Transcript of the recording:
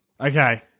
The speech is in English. Okay